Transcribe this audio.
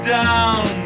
down